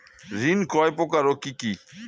ঋণ কয় প্রকার ও কি কি?